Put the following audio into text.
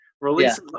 release